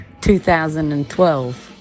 2012